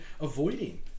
avoiding